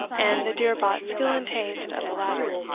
and the dear-bought skill and taste of the latter.